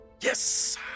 Yes